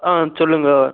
ஆ சொல்லுங்கள்